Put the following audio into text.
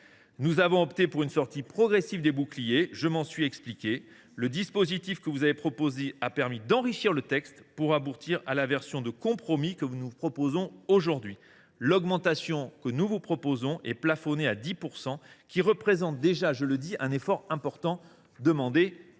Nous avons opté pour une sortie progressive des boucliers, je m’en suis expliqué. Le dispositif que vous avez proposé a permis d’enrichir le texte pour aboutir à la version de compromis que nous vous proposons aujourd’hui. L’augmentation que nous prévoyons, plafonnée à 10 %, est déjà un effort important demandé aux